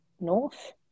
north